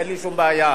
אין לי שום בעיה,